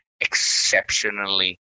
exceptionally